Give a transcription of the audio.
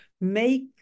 make